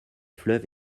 fleuve